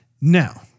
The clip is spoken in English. Now